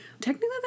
Technically